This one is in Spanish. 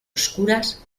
oscuras